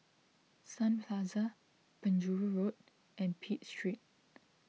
Sun Plaza Penjuru Road and Pitt Street